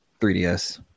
3DS